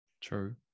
True